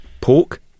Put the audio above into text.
Pork